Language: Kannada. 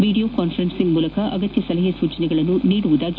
ವಿಡಿಯೋ ಕಾನ್ಸರೆನ್ಸ್ ಮೂಲಕ ಅಗತ್ಯ ಸಲಹೆ ಸೂಚನೆಗಳನ್ನು ನೀಡಲಿದ್ದೇನೆ